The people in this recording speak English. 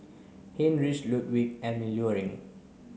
Heinrich Ludwig Emil Luering